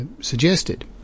suggested